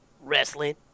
Wrestling